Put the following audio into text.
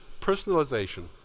personalization